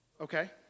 Okay